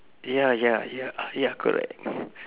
ya ya ya ah ya correct